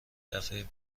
دفعه